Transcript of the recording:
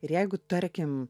ir jeigu tarkim